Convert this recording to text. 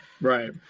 Right